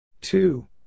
Two